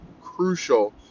crucial